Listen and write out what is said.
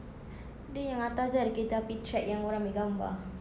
dia yang atas dia ada kereta api track yang orang ambil gambar